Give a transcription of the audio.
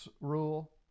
rule